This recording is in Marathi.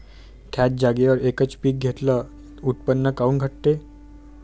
थ्याच जागेवर यकच पीक घेतलं त उत्पन्न काऊन घटते?